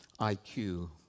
IQ